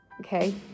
Okay